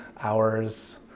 hours